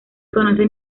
conoce